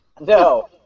No